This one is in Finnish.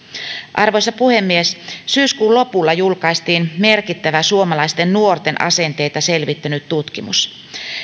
arvoisa puhemies syyskuun lopulla julkaistiin merkittävä suomalaisten nuorten asenteita selvittänyt tutkimus